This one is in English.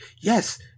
Yes